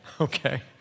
okay